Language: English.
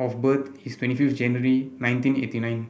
of birth is twenty fifth January nineteen eighty nine